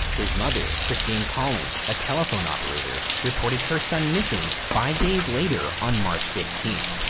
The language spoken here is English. his mother, christine collins, a telephone operator, reported her son missing five days later on march fifteenth.